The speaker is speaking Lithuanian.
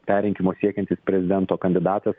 perrinkimo siekiantis prezidento kandidatas